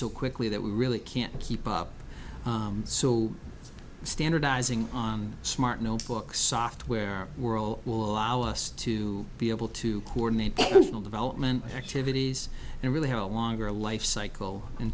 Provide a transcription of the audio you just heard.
so quickly that we really can't keep up so standardising on smart notebooks software world will allow us to be able to coordinate all development activities and really have a longer life cycle in